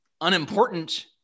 unimportant